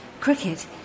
cricket